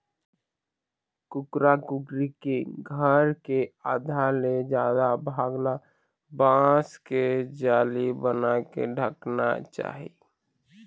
कुकरा कुकरी के घर के आधा ले जादा भाग ल बांस के जाली बनाके ढंकना चाही